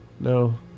No